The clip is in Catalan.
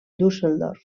düsseldorf